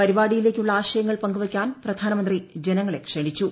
പരിപാടിയിലേക്കുള്ള ആശയങ്ങൾ പങ്കു വയ്ക്കാൻ പ്രധാനമന്ത്രി ജനങ്ങളെ ക്ഷണിച്ചു